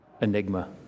enigma